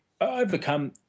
overcome